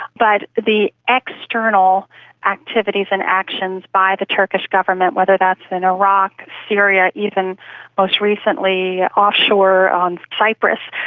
but the external activities and actions by the turkish government, whether that's in iraqi, syria, even most recently offshore on cyprus.